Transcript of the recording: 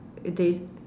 they